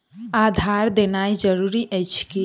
आधार देनाय जरूरी अछि की?